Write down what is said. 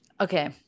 okay